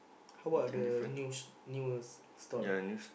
how about the news news stall